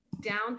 down